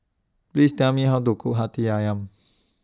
Please Tell Me How to Cook Hati Ayam